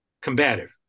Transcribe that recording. combative